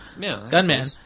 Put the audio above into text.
gunman